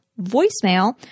voicemail